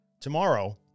Tomorrow